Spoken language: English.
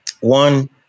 One